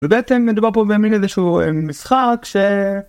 ובעצם מדובר פה במין איזשהו משחק ש...